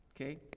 Okay